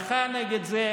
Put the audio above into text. מחה נגד זה.